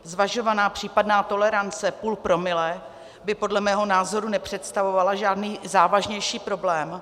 Zvažovaná případná tolerance půl promile by podle mého názoru nepředstavovala žádný závažnější problém.